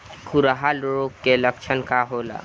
खुरहा रोग के लक्षण का होला?